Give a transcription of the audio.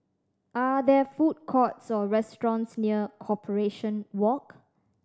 are there food courts or restaurants near Corporation Walk